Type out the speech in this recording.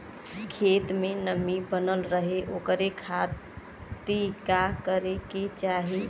खेत में नमी बनल रहे ओकरे खाती का करे के चाही?